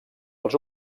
als